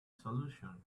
solution